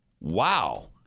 wow